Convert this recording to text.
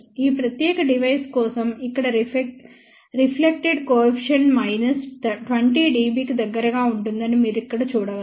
ఈ ప్రత్యేక డివైస్ కోసం ఇక్కడ రిఫ్లెక్టెడ్ కోఎఫిషియెంట్ మైనస్ 20 dB కి దగ్గరగా ఉంటుందని మీరు ఇక్కడ చూడవచ్చు